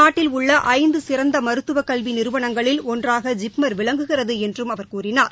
நாட்டில் உள்ள ஐந்து சிறந்த மருத்துவக் கல்வி நிறுவனங்களில் ஒன்றாக ஜிப்மர் விளங்குகிறது என்றும் அவர் கூறினார்